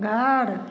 घर